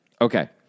Okay